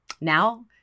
Now